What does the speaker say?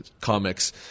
comics